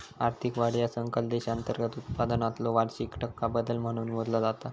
आर्थिक वाढ ह्या सकल देशांतर्गत उत्पादनातलो वार्षिक टक्का बदल म्हणून मोजला जाता